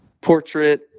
portrait